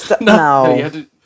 No